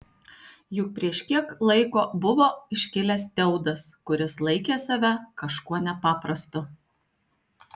juk prieš kiek laiko buvo iškilęs teudas kuris laikė save kažkuo nepaprastu